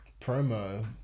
promo